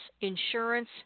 insurance